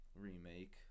remake